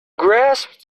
grasp